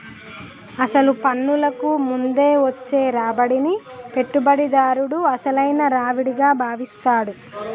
అసలు పన్నులకు ముందు వచ్చే రాబడిని పెట్టుబడిదారుడు అసలైన రావిడిగా భావిస్తాడు